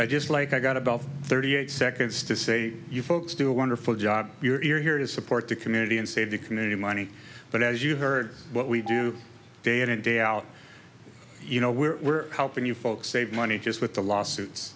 i just like i got about thirty eight seconds to say you folks do a wonderful job you're here to support the community and save the community money but as you heard what we do day in and day out you know we're we're helping you folks save money just with the lawsuits